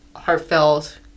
heartfelt